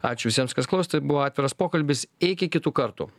ačiū visiems kas klausėte tai buvo atviras pokalbis iki kitų kartų